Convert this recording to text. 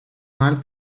mars